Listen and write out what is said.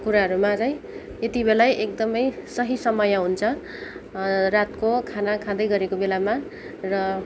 कुराहरूमा चाहिँ यति बेलै एकदमै सही समय हुन्छ रातको खाना खाँदै गरेको बेलामा र